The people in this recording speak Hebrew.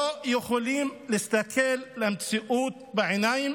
שלא יכולים להסתכל למציאות בעיניים